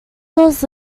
doors